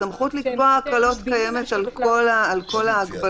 הסמכות לקבוע הקלות קיימת על כל ההגבלות,